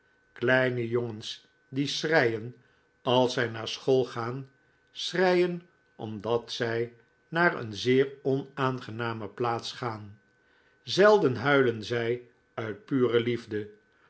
kleine jongens die schreien als zij naar school gaan schreien omdat zij naar een zeer onaangename plaats gaan zelden huilen zij uit pure liefde